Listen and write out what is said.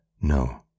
No